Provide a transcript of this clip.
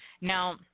Now